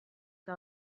que